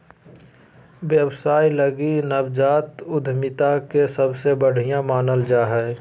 व्यवसाय लगी नवजात उद्यमिता के सबसे बढ़िया मानल जा हइ